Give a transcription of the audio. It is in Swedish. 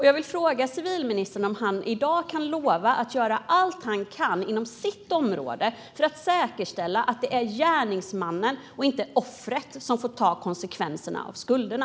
Jag vill fråga civilministern om han i dag kan lova att göra allt han kan inom sitt område för att säkerställa att det är gärningsmannen och inte offret som får ta konsekvenserna av skulderna.